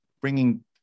bringing